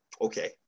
Okay